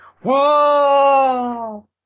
Whoa